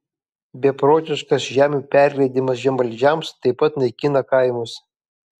beprotiškas žemių perleidimas žemvaldžiams taip pat naikina kaimus